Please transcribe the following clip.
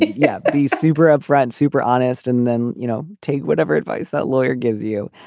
yeah. but he's super upfront super honest and then you know take whatever advice that lawyer gives you.